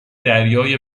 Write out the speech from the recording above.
دریای